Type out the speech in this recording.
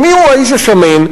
מיהו האיש השמן?